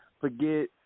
Forget